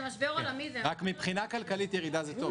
זה היה משבר עולמי --- רק שמבחינה כלכלית ירידה זה טוב.